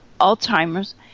Alzheimer's